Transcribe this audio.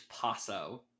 passo